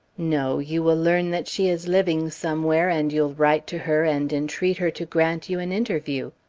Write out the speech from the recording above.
no, you will learn that she is living somewhere, and you'll write to her and entfeat her to grant you an interview.